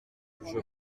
vous